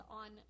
on